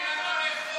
אין להם מה לאכול.